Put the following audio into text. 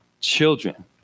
children